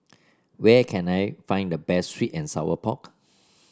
where can I find the best sweet and Sour Pork